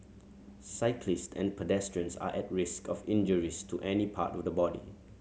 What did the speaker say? cyclist and pedestrians are at risk of injuries to any part of the body